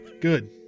Good